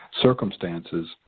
circumstances